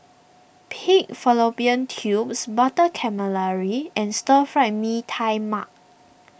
Pig Fallopian Tubes Butter Calamari and Stir Fried Mee Tai Mak